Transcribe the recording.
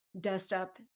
dust-up